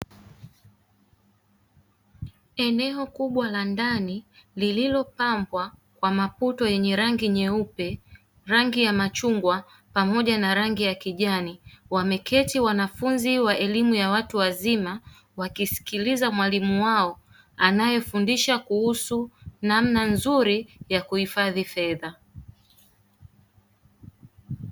Eneo kubwa la ndani lililopambwa kwa maputo yenye rangi nyeupe, rangi ya machungwa, pamoja na rangi ya kijani, wameketi wanafunzi wa elimu ya watu wazima wakimsikiliza mwalimu wao anayefundisha kuhusu namna nzuri ya kuhifadhi fedha.